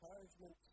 encouragement